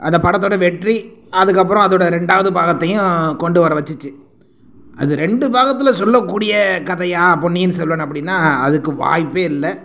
அந்த படத்தோட வெற்றி அதுக்கு அப்புறோம் அதோட ரெண்டாவது பாகத்தையும் கொண்டு வர வச்சுச்சு அது ரெண்டு பாகத்தில் சொல்லக்கூடிய கதையாக பொன்னியின் செல்வன் அப்படின்னா அதுக்கு வாய்ப்பே இல்லை